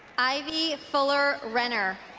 ivy fuller renner